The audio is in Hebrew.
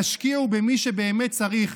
תשקיעו במי שבאמת צריך,